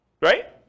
Right